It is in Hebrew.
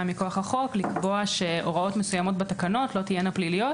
מכוח החוק לקבוע שהוראות מסוימות בתקנות לא תהיינה פליליות,